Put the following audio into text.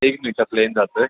एक मिनिट हां प्लेन जात आहे